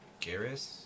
Garrus